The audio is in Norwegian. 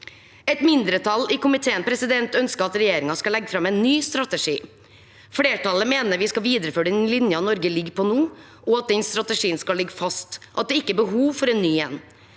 Et mindretall i komiteen ønsker at regjeringen skal legge fram en ny strategi. Flertallet mener vi skal videreføre den linjen Norge ligger på nå, og at den strategien skal ligge fast – at det ikke er behov for en ny.